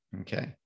Okay